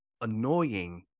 annoying